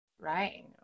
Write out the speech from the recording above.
Right